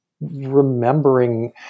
remembering